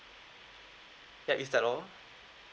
that is at all